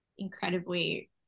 incredibly